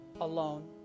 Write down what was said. alone